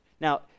Now